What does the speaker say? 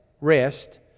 rest